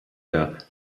der